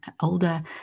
older